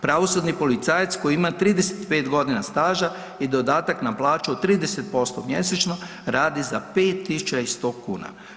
Pravosudni policajac koji ima 35 godina staža i dodatak na plaću od 30% mjesečno radi za 5.100 kuna.